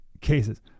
cases